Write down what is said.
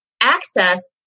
access